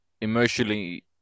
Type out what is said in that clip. emotionally